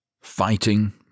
Fighting